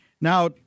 Now